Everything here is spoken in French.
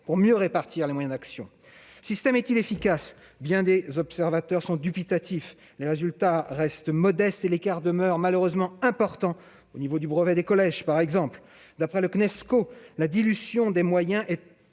pour mieux répartir les moyens d'action ? Le système est-il efficace ? Bien des observateurs sont dubitatifs. Les résultats restent modestes, et l'écart demeure malheureusement important, au titre du brevet des collèges par exemple. Le Cnesco pointe à la fois la dilution des moyens et